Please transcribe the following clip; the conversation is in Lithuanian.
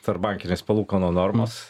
tarpbankinės palūkanų normos